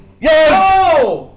Yes